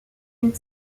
une